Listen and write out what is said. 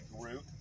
group